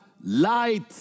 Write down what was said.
light